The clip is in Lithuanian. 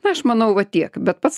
aš manau va tiek bet pats